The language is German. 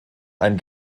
ein